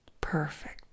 Perfect